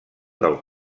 del